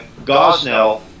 Gosnell